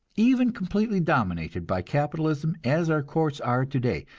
even completely dominated by capitalism as our courts are today,